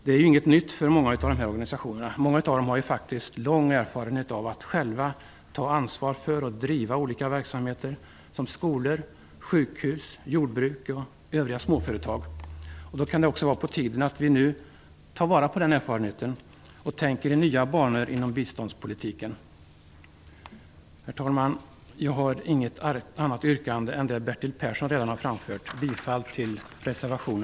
Det är inget nytt, för många av dessa organisationer har faktiskt lång erfarenhet av att själva ta ansvar för och driva olika verksamheter såsom skolor, sjukhus, jordbruk och olika småföretag. Det är på tiden att vi tar vara på den erfarenheten och tänker i nya banor inom biståndspolitiken. Herr talman! Jag har inget annat yrkande än det Bertil Persson redan framfört om bifall till reservation